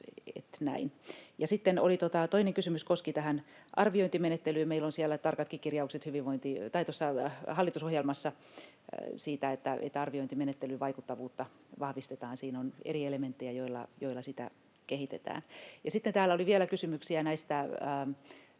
toinen kysymys, se koski tätä arviointimenettelyä. Meillä on hallitusohjelmassa tarkatkin kirjaukset siitä, että arviointimenettelyn vaikuttavuutta vahvistetaan. Siinä on eri elementtejä, joilla sitä kehitetään. Sitten täällä oli vielä kysymyksiä näistä